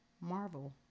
Marvel